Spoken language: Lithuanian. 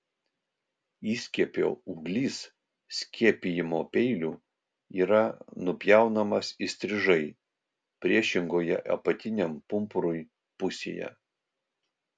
įskiepio ūglis skiepijimo peiliu yra nupjaunamas įstrižai priešingoje apatiniam pumpurui pusėje